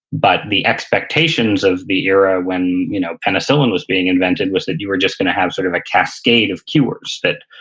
but, the expectations of the era when you know penicillin was being invented was that you were just gonna have a sort of a cascade of cures that,